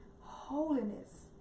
Holiness